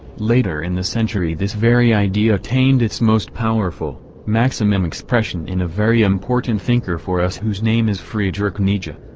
later in the century this very idea attained its most powerful um um expression in a very important thinker for us whose name is friedrich nietzsche.